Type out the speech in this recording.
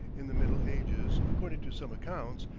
in the middle ages, according to some accounts,